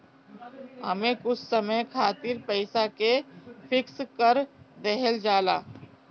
एमे कुछ समय खातिर पईसा के फिक्स कर देहल जाला